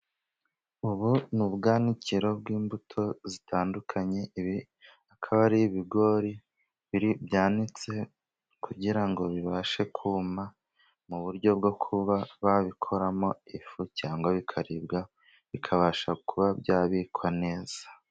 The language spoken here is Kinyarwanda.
Ubu ni ubwanikiro bw'imbuto zitandukanye, akaba ari ibigori byanitse kugira ngo bibashe kuma mu buryo bwo kuba babikoramo ifu cyangwa bikaribwa bikabasha kuba byabikwa neza.